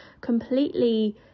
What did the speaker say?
completely